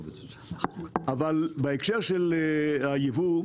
אבל בהקשר של הייבוא,